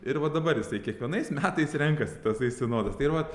ir va dabar jisai kiekvienais metais renkasi tasai sinodas ir vat